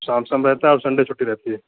शाम शाम रहता है और संडे छुट्टी रहती है